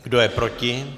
Kdo je proti?